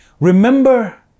Remember